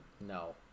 No